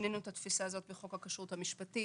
שינינו את התפיסה הזאת בחוק הכשרות המשפטית.